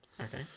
Okay